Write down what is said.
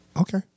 Okay